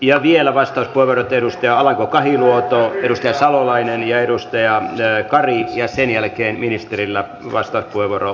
ja vielä vastauspuheenvuorot edustaja alanko kahiluoto edustaja salolainen ja edustaja kari ja sen jälkeen ministerillä vastauspuheenvuoro